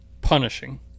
punishing